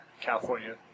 California